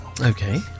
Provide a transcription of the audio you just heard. Okay